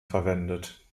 verwendet